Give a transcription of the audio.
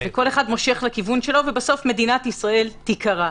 כל אחד מושך לכיוון שלו, ובסוף מדינת ישראל תיקרע.